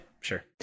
sure